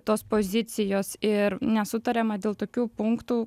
tos pozicijos ir nesutariama dėl tokių punktų